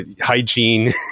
hygiene